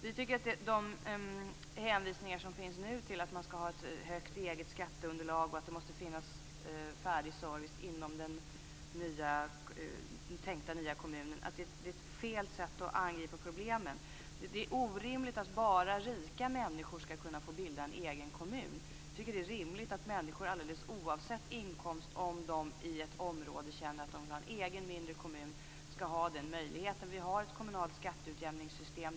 Vi tycker att de hänvisningar som finns nu till att man skall ha ett högt eget skatteunderlag och att det måste finnas färdig service inom den tänkta nya kommunen är fel sätt att angripa problemen. Det är orimligt att bara rika människor skall kunna få bilda en egen kommun. Vi tycker att det är rimligt att människor alldeles oavsett inkomst om de i ett område känner att de vill ha en egen mindre kommun skall ha den möjligheten. Vi har ett kommunalt skatteutjämningssystem.